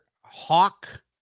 Hawk